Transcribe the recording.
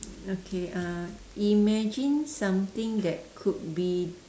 okay uh imagine something that could be